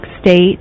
State